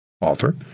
author